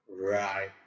right